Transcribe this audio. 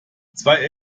zwei